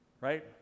right